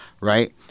right